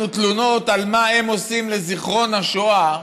תלונות על מה שהם עושים לזיכרון השואה,